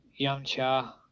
Yamcha